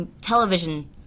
television